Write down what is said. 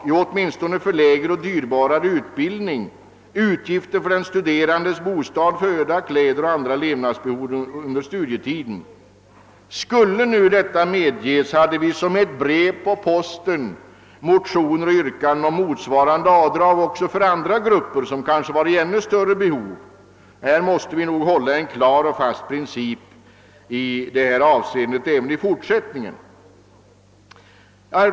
Jo, åtminstone för längre och dyrbarare utbildning betyder det utgifter för den studerandes bostad, föda, kläder och andra levnadsbehov under studietiden. Om detta medgavs skulle vi som brev på posten få ta emot motioner och yrkanden om motsvarande avdrag för andra grupper med liknande eller kanske ännu större behov. Nej, här måste vi hålla fast vid en klar princip även i fortsättningen.